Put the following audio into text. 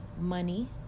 money